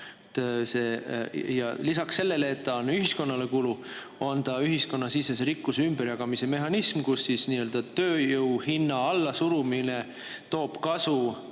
lisaks sellele, et ta on ühiskonnale kulu, on ta ühiskonnasisese rikkuse ümberjagamise mehhanism, kuna tööjõu hinna allasurumine toob kasu